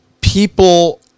people